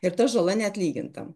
ir ta žala neatlyginta